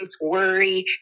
worry